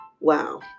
Wow